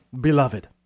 beloved